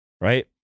right